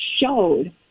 showed